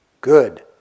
Good